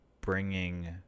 bringing